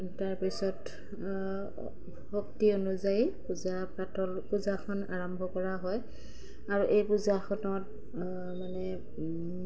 তাৰ পিছত শক্তি অনুযায়ী পূজা পাতল পূজাখন আৰম্ভ কৰা হয় আৰু এই পূজাখনত মানে